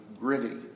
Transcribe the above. gritty